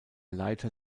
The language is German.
leiter